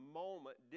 moment